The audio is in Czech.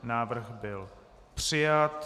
Návrh byl přijat.